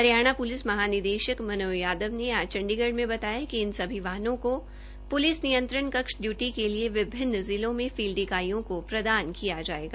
Haryana police महानिदेशक श्री मनोज यादव ने आज चंडीगढ़ बताया कि इन सभी वाहनों को पुलिस नियंत्रण कक्ष डयुटी के लिए विभिन्न जिलों में फील्ड इकाइयों को प्रदान किया जाएगा